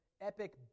epic